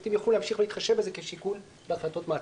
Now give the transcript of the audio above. שהשופטים יוכלו להמשיך להתחשב כשיקול בהחלטות מעצר.